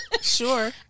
sure